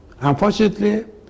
Unfortunately